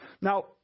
Now